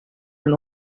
and